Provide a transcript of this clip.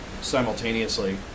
simultaneously